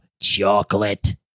Chocolate